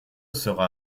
sera